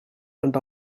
and